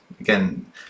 Again